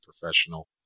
professional